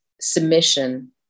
submission